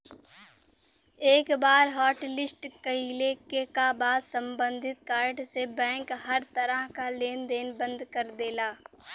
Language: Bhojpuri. एक बार हॉटलिस्ट कइले क बाद सम्बंधित कार्ड से बैंक हर तरह क लेन देन बंद कर देला